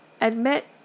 admit